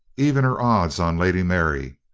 evens or odds on lady mary!